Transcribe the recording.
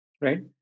right